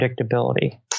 predictability